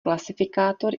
klasifikátor